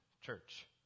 church